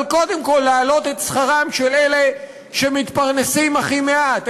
אבל קודם כול יש להעלות את שכרם של אלה שמשתכרים הכי מעט,